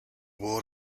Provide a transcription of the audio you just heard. war